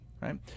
right